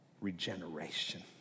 regeneration